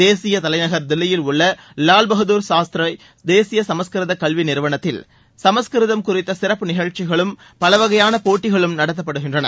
தேசிய தலைநகர் தில்லியில் உள்ள வால்பகதர் தேசிய சுமஸ்கிருத கல்வி நிறுவனத்தில் சமஸ்கிருதம் குறித்த சிறப்பு நிகழ்ச்சிகளும் பலவகையான போட்டிகளும் நடத்தப்படுகின்றன